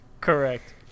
correct